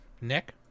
Nick